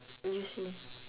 you just say